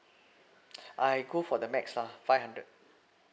I go for the max lah five hundred